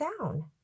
down